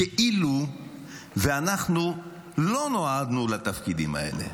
כאילו אנחנו לא נועדנו לתפקידים האלה.